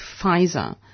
Pfizer